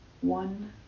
One